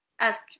ask